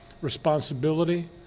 responsibility